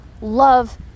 love